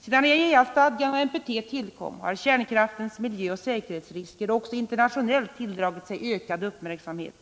Sedan IAEA-stadgan och NPT tillkom har kärnkraftens miljöoch säkerhetsrisker också internationellt tilldragit sig ökad uppmärksamhet.